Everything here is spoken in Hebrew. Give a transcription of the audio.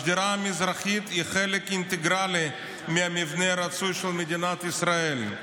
השדרה המזרחית היא חלק אינטגרלי מהמבנה הרצוי של מדינת ישראל,